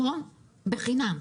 נבוא בחינם,